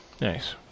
Nice